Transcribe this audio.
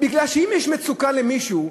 בגלל שאם יש מצוקה למישהו,